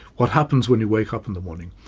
what happens when you wake up in the morning?